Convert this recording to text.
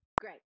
Great